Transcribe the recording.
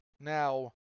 Now